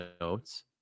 notes